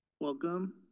Welcome